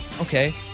Okay